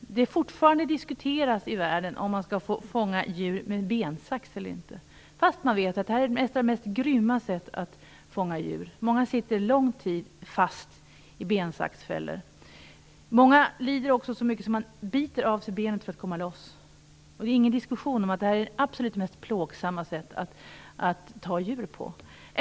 det fortfarande ute i världen diskuteras om man skall få fånga djur med bensax eller inte, trots att man vet att detta är ett av de mest grymma sätten att fånga djur. Många sitter under lång tid fast i bensaxfällor. Många lider också så mycket att de biter av sig benet för att komma loss. Det är ingen diskussion om att detta är det absolut mest plågsamma sättet att fånga djur.